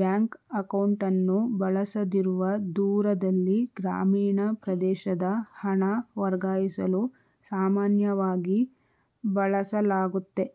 bank ಅಕೌಂಟ್ಅನ್ನು ಬಳಸದಿರುವ ದೂರದಲ್ಲಿ ಗ್ರಾಮೀಣ ಪ್ರದೇಶದ ಹಣ ವರ್ಗಾಯಿಸಲು ಸಾಮಾನ್ಯವಾಗಿ ಬಳಸಲಾಗುತ್ತೆ